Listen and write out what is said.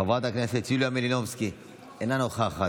חברת הכנסת יוליה מלינובסקי, אינה נוכחת.